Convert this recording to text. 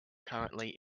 currently